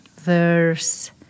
verse